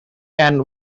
ann